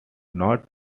not